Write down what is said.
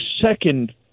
second